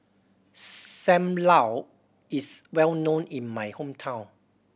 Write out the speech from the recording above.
Sam Lau is well known in my hometown